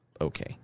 Okay